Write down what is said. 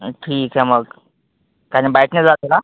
ठीक आहे मग काय नाय बाइकनी जायचं का